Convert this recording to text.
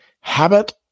habit